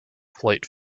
flight